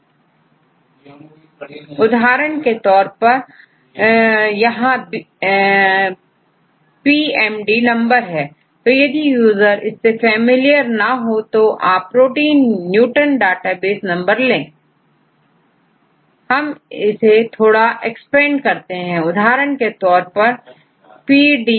example उदाहरण के तौर पर यहPMD नंबर है तो यदि यूजर इससे फैमिलियर ना हो तो आप प्रोटीन न्यूटन डाटाबेस नंबर लेहम इसे थोड़ा एक्सपेंड करते हैं उदाहरण के तौर परPDBwild